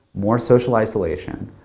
more social isolation,